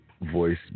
voice